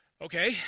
Okay